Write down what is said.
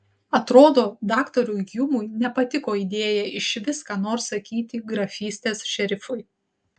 atrodo daktarui hjumui nepatiko idėja išvis ką nors sakyti grafystės šerifui